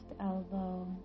elbow